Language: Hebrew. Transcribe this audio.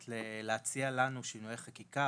להציע לנו שינויי חקיקה,